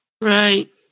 Right